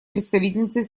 представительницей